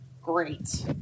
Great